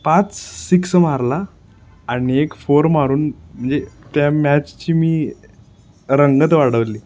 पाच सिक्स मारला आणि एक फोर मारून म्हणजे त्या मॅचची मी रंगत वाढवली